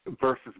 versus